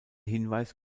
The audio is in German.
hinweis